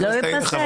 לא ייפסק?